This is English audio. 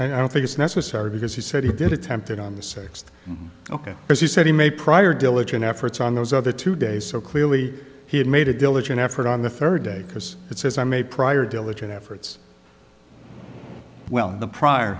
i don't think it's necessary because he said he did attempt it on the sixth ok because he said he made prior diligent efforts on those other two days so clearly he had made a diligent effort on the third day because it says i made prior diligent efforts well in the prior